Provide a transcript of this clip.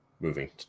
moving